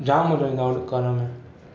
जाम मज़ो ईंदो आहे करण में